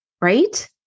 Right